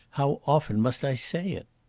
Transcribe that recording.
how often must i say it!